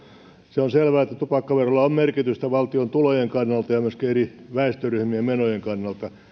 se on selvää että tupakkaverolla on merkitystä valtion tulojen kannalta ja myöskin eri väestöryhmien menojen kannalta